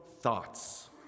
thoughts